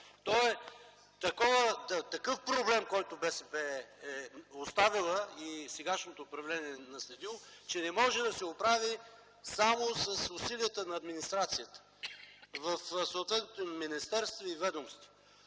Това е такъв проблем, който БСП е оставила и сегашното управление наследило, че не е може да се оправи само с усилията на администрацията в съответното министерство и ведомство.